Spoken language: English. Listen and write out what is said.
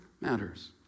matters